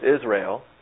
Israel